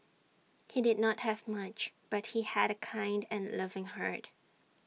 he did not have much but he had A kind and loving heart